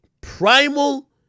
primal